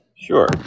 sure